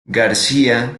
garcía